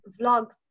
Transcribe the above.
vlogs